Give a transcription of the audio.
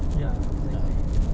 ya exactly